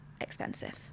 expensive